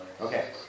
okay